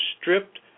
stripped